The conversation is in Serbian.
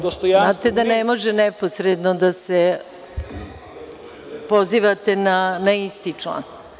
Znate da ne može neposredno da se pozivate na isti član.